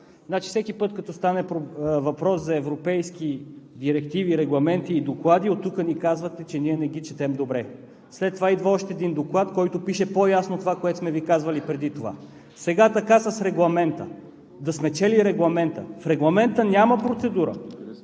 Ципов, всеки път като стане въпрос за европейски директиви, регламенти и доклади, ни казвате, че не ги четем добре. След това идва още един доклад, в който пише по-ясно това, което сме Ви казвали преди това. Сега е така с Регламента – да сме чели Регламента. В Регламента няма процедура,